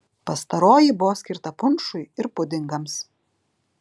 pastaroji buvo skirta punšui ir pudingams